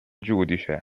giudice